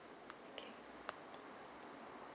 okay